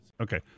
Okay